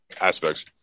aspects